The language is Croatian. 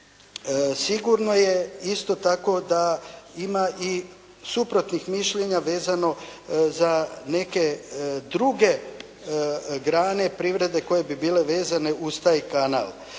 sigurno je isto tako da ima i suprotnih mišljenja vezano za neke druge grane privrede koje bi bile vezane uz taj kanal.